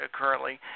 currently